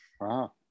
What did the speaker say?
Wow